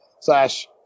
slash